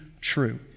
true